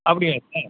அப்படிங்களா சார்